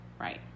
Right